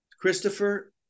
Christopher